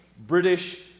British